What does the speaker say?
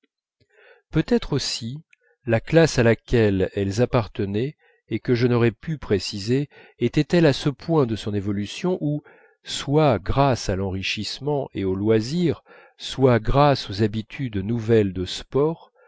peut-être aussi la classe à laquelle elles appartenaient et que je n'aurais pu préciser était-elle à ce point de son évolution où soit grâce à l'enrichissement et au loisir soit grâce aux habitudes nouvelles de sport